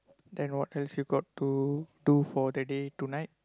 then what else you got to do for the day tonight